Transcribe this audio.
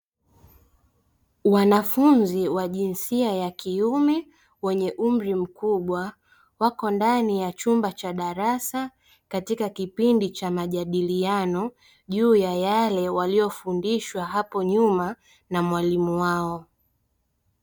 Wanafunzi wa jinsia ya kiume wenye umri mkubwa wako ndani ya chumba cha darasa, katika kipindi cha majadiliano juu ya yale waliyofundishwa hapo nyuma na mwalimu wao.